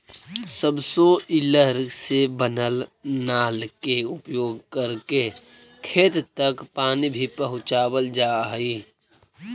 subsoiler से बनल नाल के उपयोग करके खेत तक पानी भी पहुँचावल जा हई